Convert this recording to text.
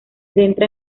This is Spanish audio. centra